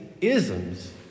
isms